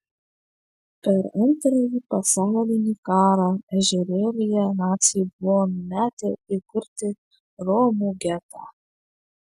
per antrąjį pasaulinį karą ežerėlyje naciai buvo numatę įkurti romų getą